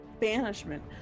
banishment